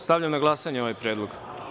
Stavljam na glasanje ovaj predlog.